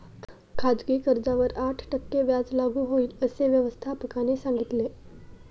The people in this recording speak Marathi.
खाजगी कर्जावर आठ टक्के व्याज लागू होईल, असे व्यवस्थापकाने सांगितले